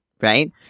right